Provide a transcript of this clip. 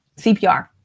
CPR